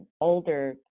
older